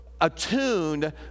attuned